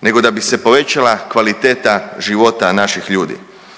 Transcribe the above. nego da bi se povećala kvaliteta života naših ljudi.